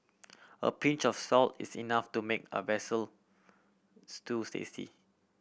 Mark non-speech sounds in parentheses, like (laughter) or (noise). a pinch of salt is enough to make a (unintelligible) stew tasty